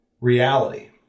reality